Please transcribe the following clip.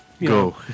go